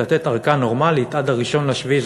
לתת ארכה נורמלית עד 1 ביולי 2014,